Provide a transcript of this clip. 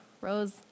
Rose